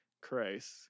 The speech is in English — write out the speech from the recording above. Christ